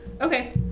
okay